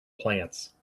plants